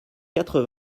quatre